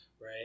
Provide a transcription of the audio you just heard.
right